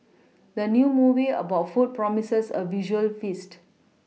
the new movie about food promises a visual feast